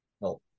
No